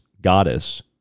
goddess